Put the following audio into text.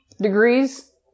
degrees